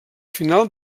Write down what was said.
final